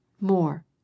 more